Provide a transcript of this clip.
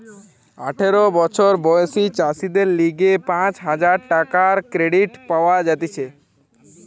আঠারো বছর বয়সী চাষীদের লিগে পাঁচ হাজার টাকার ক্রেডিট পাওয়া যাতিছে